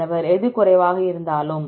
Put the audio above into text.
மாணவர் எது குறைவாக இருந்தாலும்